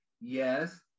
Yes